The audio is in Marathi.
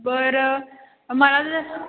बरं मला जर